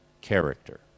character